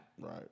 Right